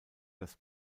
das